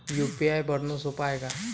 UPI भरनं सोप हाय का?